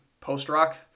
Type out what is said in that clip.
post-rock